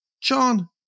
John